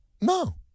No